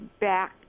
back